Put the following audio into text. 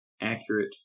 accurate